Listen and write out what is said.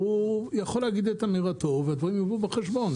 והוא יכול להגיד את אמירתו והדברים יובאו בחשבון.